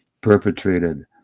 perpetrated